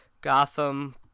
Gotham